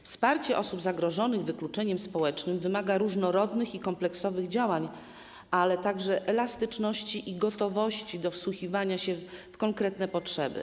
Wsparcie osób zagrożonych wykluczeniem społecznym wymaga różnorodnych i kompleksowych działań, ale także elastyczności i gotowości do wsłuchiwania się w konkretne potrzeby.